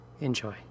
Enjoy